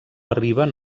arriben